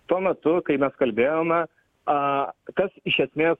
tuo metu kai mes kalbėjome a kas iš esmės